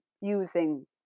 using